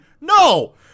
No